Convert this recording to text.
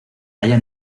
hallan